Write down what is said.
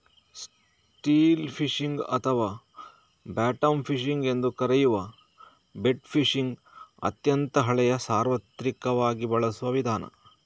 still fishing ಅಥವಾ bottom fishing ಎಂದೂ ಕರೆಯುವ ಬೆಟ್ ಫಿಶಿಂಗ್ ಅತ್ಯಂತ ಹಳೆಯ ಸಾರ್ವತ್ರಿಕವಾಗಿ ಬಳಸುವ ವಿಧಾನ